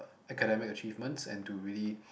academic achievements and to really